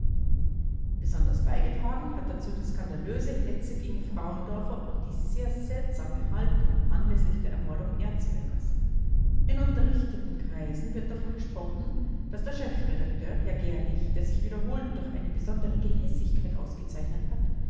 besonders beigetragen hat dazu die skandalöse hetze gegen frauendorfer und die sehr seltsame haltung anläßlich der ermordung erzbergers in unterrichteten kreisen wird davon gesprochen daß der chefredakteur herr gerlich der sich wiederholt durch eine besondere gehässigkeit ausgezeichnet hat